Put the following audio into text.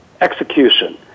execution